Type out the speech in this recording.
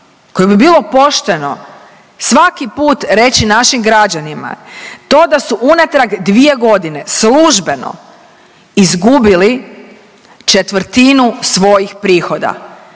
koju bi bilo pošteno svaki put reći našim građanima to da su unatrag 2 godine službeno izgubili četvrtinu svojih prihoda